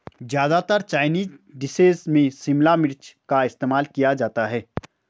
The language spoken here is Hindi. ज्यादातर चाइनीज डिशेज में शिमला मिर्च का इस्तेमाल किया जाता है